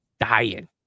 dying